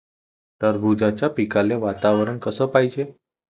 टरबूजाच्या पिकाले वातावरन कस पायजे?